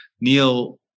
Neil